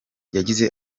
yagize